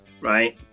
right